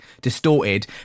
distorted